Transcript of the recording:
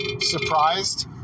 surprised